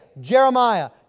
Jeremiah